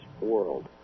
world